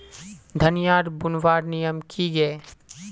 धनिया बूनवार नियम की गे?